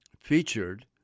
featured